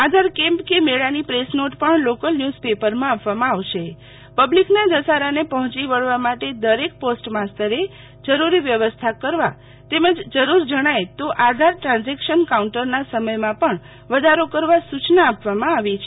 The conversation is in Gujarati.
આધાર કેમ્પ મેળા ની પ્રેસ નોટ પણ લોકલ ન્યુઝ પેપર માં આપવામાં આવશે પબ્લિક ના ઘસારા ને પહોયી વળવા માટે દરેક પોસ્ટ માસ્તરે જરૂરી વ્યવસ્થા કરવા તેમજ જરૂર જણાય તો આધાર ટ્રાન્ઝેકશન કાઉન્ટર ના સમય માં પણ વધારો કરવા સુ ચના આપવામાં આવેલ છે